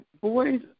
Boys